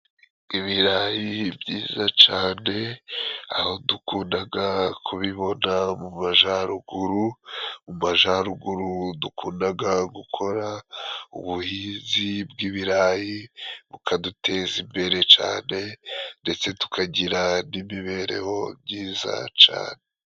Ibirayi byiza cane aho dukundaga kubibona mu majaruguru. Mu majaruguru dukundaga gukora ubuhizi bw'ibirayi bukaduteza imbere cane, ndetse tukagira n'imibereho myiza cane.